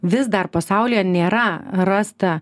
vis dar pasaulyje nėra rasta